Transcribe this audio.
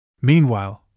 Meanwhile